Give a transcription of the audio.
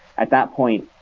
at that point,